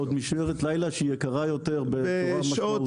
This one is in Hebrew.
ועוד משמרת לילה שהיא יקרה יותר בצורה משמעותית.